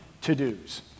to-dos